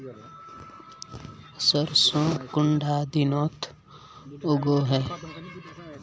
सरसों कुंडा दिनोत उगैहे?